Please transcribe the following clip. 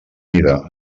mida